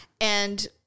And-